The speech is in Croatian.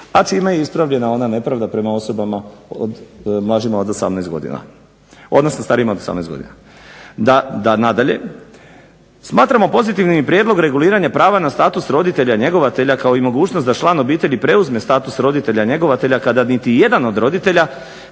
a čime je ispravljena ona nepravda prema osobama mlađima od 18 godina, odnosno starijima od 18 godina. Nadalje, smatramo pozitivnim i prijedlog reguliranja prava na status roditelja, njegovatelja kao i mogućnost da član obitelji preuzme status roditelja, njegovatelja kada niti jedan od roditelja